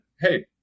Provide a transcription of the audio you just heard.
hey